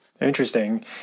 Interesting